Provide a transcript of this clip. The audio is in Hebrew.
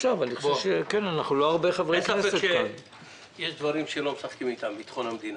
אין ספק שיש דברים שלא משחקים איתם - ביטחון המדינה.